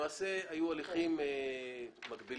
למעשה היו הליכים מקבילים,